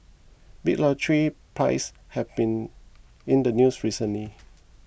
big lottery prizes have been in the news recently